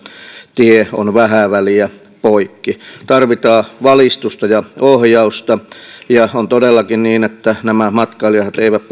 tie on vähän väliä poikki tarvitaan valistusta ja ohjausta ja on todellakin niin että nämä matkailijat eivät